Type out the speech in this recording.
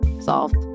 solved